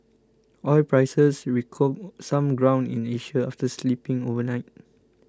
oil prices recouped some ground in Asia after slipping overnight